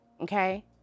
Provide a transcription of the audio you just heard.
Okay